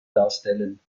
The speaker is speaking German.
darstellen